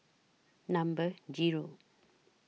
Number Zero